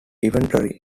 inventory